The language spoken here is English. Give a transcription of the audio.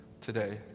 today